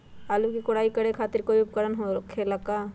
आलू के कोराई करे खातिर कोई उपकरण हो खेला का?